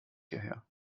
hierher